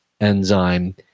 enzyme